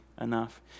enough